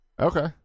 Okay